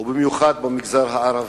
ובמיוחד במגזר הערבי.